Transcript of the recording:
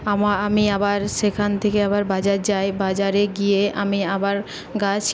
আম আমি আবার সেখান থেকে আবার বাজার যাই বাজারে গিয়ে আমি আবার গাছ